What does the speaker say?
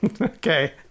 Okay